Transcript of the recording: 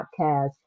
podcast